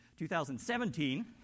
2017